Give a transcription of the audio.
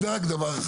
יש לך עשר דקות.